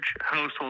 household